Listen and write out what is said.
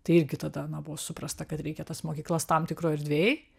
tai irgi tada na buvo suprasta kad reikia tas mokyklas tam tikroj erdvėj